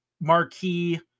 marquee